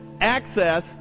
access